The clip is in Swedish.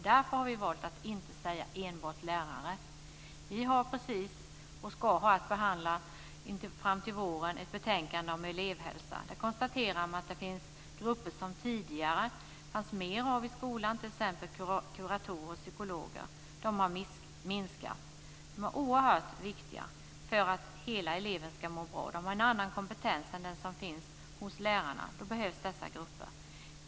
Därför har vi valt att inte säga enbart lärare. Vi ska fram till våren behandla ett betänkande om elevhälsa. Där konstaterar man att det finns grupper som det tidigare fanns fler av, t.ex. kuratorer och psykologer. De har minskat i antal. De är oerhört viktiga för att hela eleven ska må bra. De har en annan kompetens än den som finns hos lärarna. Därför behövs dessa grupper.